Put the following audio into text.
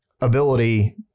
ability